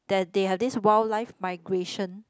that they have this wildlife migration